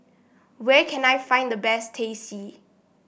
where can I find the best Teh C